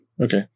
Okay